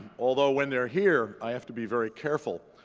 although when they're here, i have to be very careful.